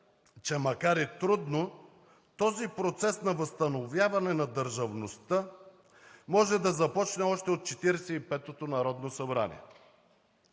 че макар и трудно този процес на възстановяване на държавността може да започне още от 45-ото народно събрание.